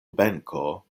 benko